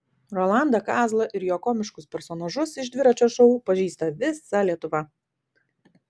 rolandą kazlą ir jo komiškus personažus iš dviračio šou pažįsta visa lietuva